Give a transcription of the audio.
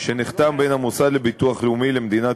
שנחתם בין המוסד לביטוח לאומי למדינת